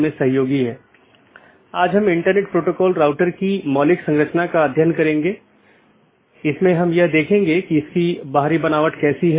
BGP या border gateway protocol बाहरी routing protocol है जो ऑटॉनमस सिस्टमों के पार पैकेट को सही तरीके से रूट करने में मदद करता है